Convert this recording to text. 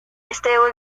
este